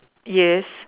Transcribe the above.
yes